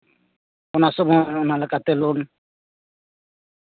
ᱚᱱᱟ ᱞᱮᱠᱟᱛᱮ ᱞᱳᱱ